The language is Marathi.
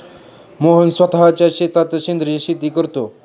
मोहन स्वतःच्या शेतात सेंद्रिय शेती करतो